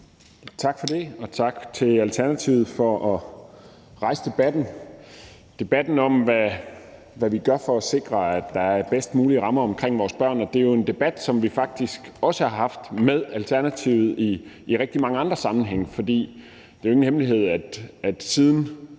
Tak for det, og tak til Alternativet for at rejse debatten om, hvad vi gør for at sikre, at der er de bedst mulige rammer omkring vores børn. Det er jo en debat, som vi faktisk også har haft med Alternativet i rigtig mange andre sammenhænge. For det er jo ingen hemmelighed, at vi,